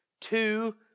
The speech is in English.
Two